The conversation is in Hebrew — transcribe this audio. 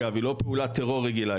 היא לא פעולת טרור רגילה,